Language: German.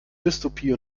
dystopie